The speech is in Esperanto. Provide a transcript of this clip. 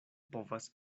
povas